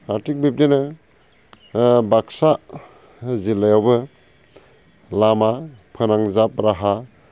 थिक बिब्दिनो बाकसा जिल्लायावबो लामा फोनांजाब राहा